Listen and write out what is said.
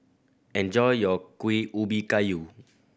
enjoy your Kuih Ubi Kayu